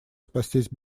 спастись